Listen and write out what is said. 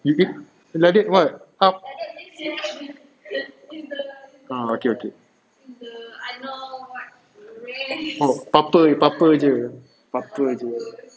you can like that what up ah okay okay oh apa-apa apa-apa jer